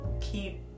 keep